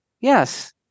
Yes